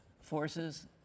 forces